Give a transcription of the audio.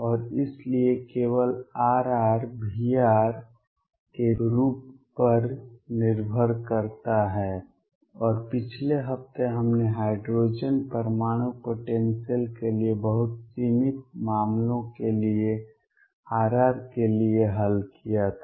और इसलिए केवल R V के रूप पर निर्भर करता है और पिछले हफ्ते हमने हाइड्रोजन परमाणु पोटेंसियल के लिए बहुत सीमित मामलों के लिए R के लिए हल किया था